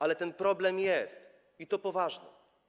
Ale ten problem jest, i to poważny.